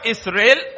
Israel